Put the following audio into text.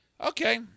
Okay